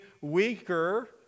weaker